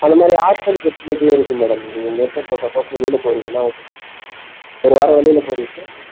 அந்தமாதிரி ஹாஸ்டல் ஃபெஸிலிட்டியும் இருக்குது மேடம் நீங்கள் எங்காச்சும் சப்போஸ் வெளியில் போகிறீங்கன்னா ஒரு வாரம் வெளியில் போகிறீங்கன்னா